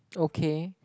okay